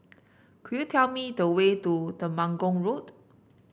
could you tell me the way to Temenggong Road